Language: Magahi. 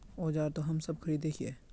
औजार तो हम सब खरीदे हीये?